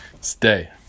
Stay